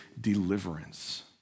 deliverance